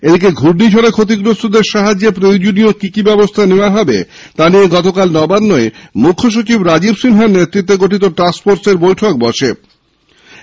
এদিকে ঘূর্ণিঝড়ে ক্ষতিগ্রস্থদের সাহায্যে প্রয়োজনীয় কি কি ব্যবস্থা গ্রহণ করা হবে তা নিয়ে গতকাল নবান্নে মুখ্যসচিব রাজীব সিনহার নেতৃত্বে গঠিত টাস্কফোর্সের বৈঠক হয়েছে